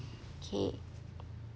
okay